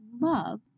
love